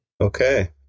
Okay